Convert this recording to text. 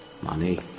Money